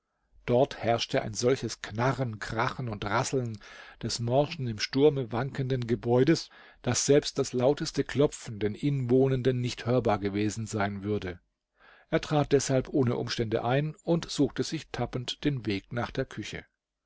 dort herrschte ein solches knarren krachen und rasseln des morschen im sturme wankenden gebäudes daß selbst das lauteste klopfen den inwohnenden nicht hörbar gewesen sein würde er trat deshalb ohne umstände ein und suchte sich tappend den weg nach der küche